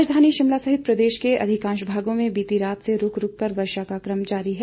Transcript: मौ सम राजधानी शिमला सहित प्रदेश के अधिकांश भागों में बीती रात से रूक रूककर वर्षा का कम जारी है